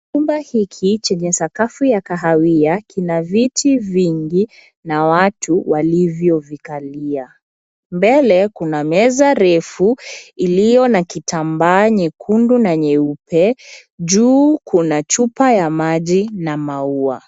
Chumba hiki chenye sakafu ya kahawia kina viti vingi na watu waliovikalia. Mbele kuna meza refu iliyo na kitambaa nyekundu na nyeupe. Juu kuna chupa ya maji na maua.